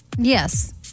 Yes